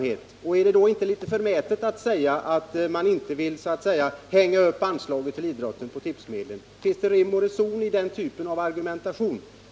Är det med tanke på detta inte litet förmätet att säga att man inte vill ”hänga upp” anslaget till idrotten på tipsmedel? Finns det rim och reson i den typen av argumentation?